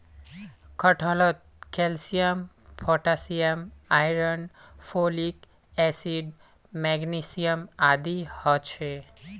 कटहलत calcium potassium iron folic acid magnesium आदि ह छे